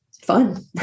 fun